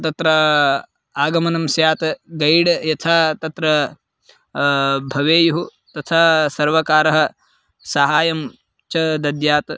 तत्र आगमनं स्यात् गैड् यथा तत्र भवेयुः तथा सर्वकारः सहायं च दद्यात्